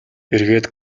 эргээд